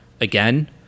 again